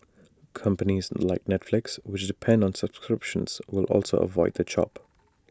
companies like Netflix which depend on subscriptions will also avoid the chop